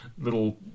little